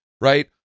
right